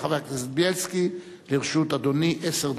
בנושא, מעמד הביניים קורס תחת גזירות ממשלת